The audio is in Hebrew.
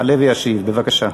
יעלה וישיב, בבקשה.